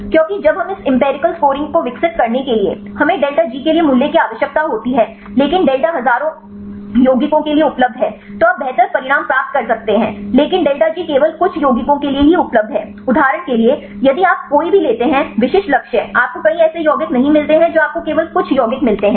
क्योंकि जब हम इस एम्पिरिकल स्कोरिंग को विकसित करने के लिए हमें डेल्टा जी के लिए मूल्य की आवश्यकता होती है लेकिन डेल्टा हजारों यौगिकों के लिए उपलब्ध है तो आप बेहतर परिणाम प्राप्त कर सकते हैं लेकिन डेल्टा जी केवल कुछ यौगिकों के लिए ही उपलब्ध है उदाहरण के लिए यदि आप कोई भी लेते हैं विशिष्ट लक्ष्य आपको कई ऐसे यौगिक नहीं मिलते हैं जो आपको केवल कुछ यौगिक मिलते हैं